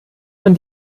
man